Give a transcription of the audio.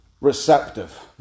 receptive